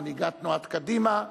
מנהיגת תנועת קדימה,